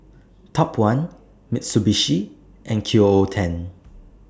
Top one Mitsubishi and Q O O ten